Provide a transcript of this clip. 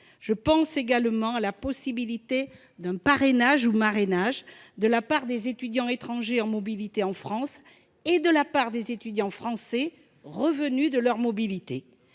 Je pense également à la possibilité d'un parrainage ou marrainage de la part des étudiants étrangers en mobilité en France et de la part des étudiants français revenus de leur mobilité.